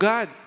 God